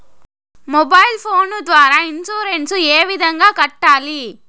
mobile phone ద్వారా insurance ఏ విధంగా కట్టాలి